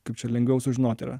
kaip čia lengviau sužinot yra